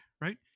right